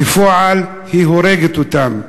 בפועל היא הורגת אותם.